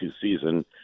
season